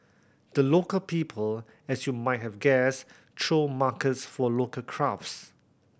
the Local People as you might have guessed throw markets for local crafts